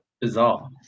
Bizarre